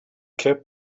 kept